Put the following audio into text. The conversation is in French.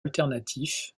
alternatif